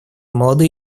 молодые